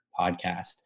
podcast